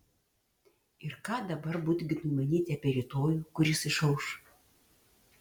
ir ką dabar budginui manyti apie rytojų kuris išauš